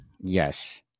Yes